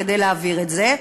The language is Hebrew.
כדי להעביר את זה,